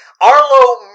arlo